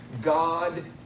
God